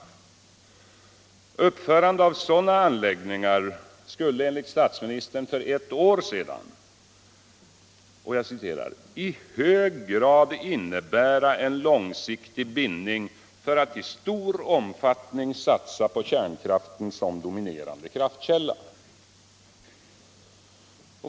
Uppförande av sådana anläggningar skulle enligt statsministern för ett år sedan ”i hög grad innebära en långsiktig bindning för att i stor omfattning satsa på kärnkraften som dominerande kraftkälla”.